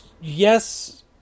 Yes